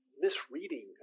misreading